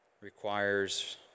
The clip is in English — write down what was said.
requires